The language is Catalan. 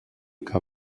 que